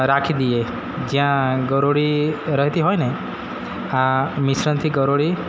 રાખી દઈએ જ્યાં ગરોળી રહેતી હોયને આ મિશ્રણથી ગરોળી